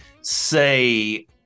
say